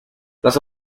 las